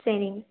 சரிங்க